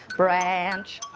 branch.